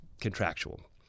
contractual